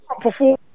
perform